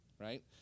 Right